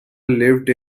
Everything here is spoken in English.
lived